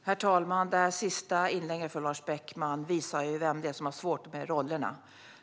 Herr talman! Det här sista inlägget från Lars Beckman visar vem det är som har svårt med rollerna.